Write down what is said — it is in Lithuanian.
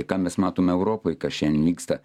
ką mes matom europoj kas šian vyksta